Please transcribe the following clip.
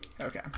Okay